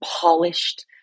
polished